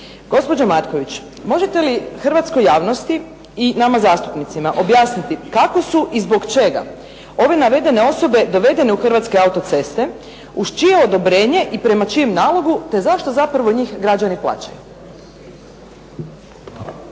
Gospođo Matković možete li hrvatskoj javnosti i nama zastupnicima objasniti kako su i zbog čega ove navedene osobe dovedene u Hrvatske autoceste? Uz čije odobrenje i prema čijem nalogu, te zašto zapravo njih građani plaćaju?